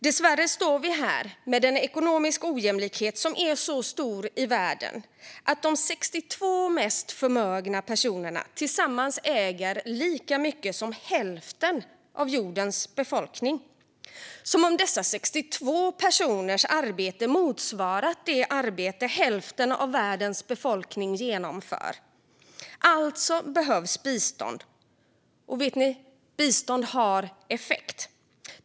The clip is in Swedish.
Dessvärre står vi här med en ekonomisk ojämlikhet som är så stor i världen att de 62 mest förmögna personerna tillsammans äger lika mycket som hälften av jordens befolkning. Som om dessa 62 personers arbete motsvarat det arbete som hälften av världens befolkning genomför! Alltså behövs bistånd. Och, vet ni, bistånd har effekt.